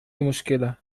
مشكلة